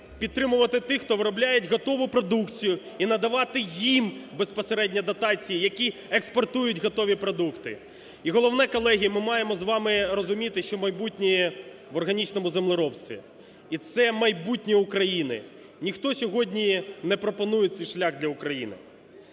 підтримувати тих, хто виробляє готову продукцію і надавати їм безпосередньо дотації, які експортують готові продукти. І головне, колеги, ми маємо з вами розуміти, що майбутнє – в органічному землеробстві. І це майбутнє України. Ніхто сьогодні не пропонує цей шлях для України.